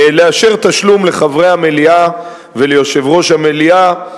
לאשר תשלום לחברי המליאה וליושב-ראש המליאה,